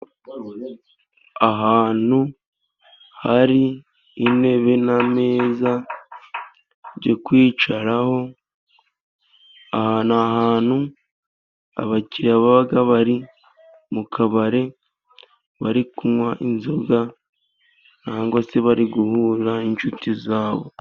Ahantu hari intebe n'ameza byo kwicaraho, aha ni ahantu abakiriya baba bari mu kabari, bari kunywa inzoga, cyangwa se bari guhura n'inshuti zabo.